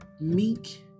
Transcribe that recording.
meek